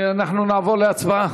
אנחנו נעבור להצבעה.